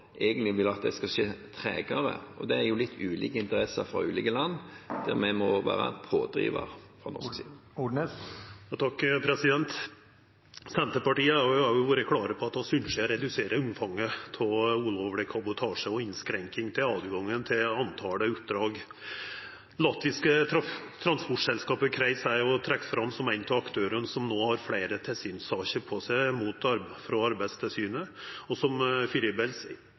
skal skje tregere. Og det er jo litt ulike interesser fra ulike land, der vi også må være en pådriver fra norsk side. Senterpartiet har òg vore klare på at vi ynskjer å redusere omfanget av ulovleg kabotasje og innskrenking av tilgangen på oppdrag. Det latviske transportselskapet Kreiss er trekt fram som ein av aktørane som no har fleire tilsynssaker på seg frå Arbeidstilsynet, og som